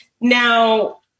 now